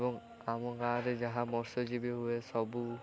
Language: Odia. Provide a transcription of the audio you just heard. ଏବଂ ଆମ ଗାଁରେ ଯାହା ମତ୍ସଜୀବୀ ହୁଏ ସବୁ